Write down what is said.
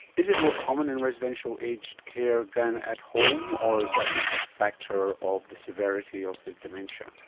is it more common in residential aged care than at home, or is that just a factor of the severity of the dementia?